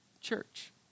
church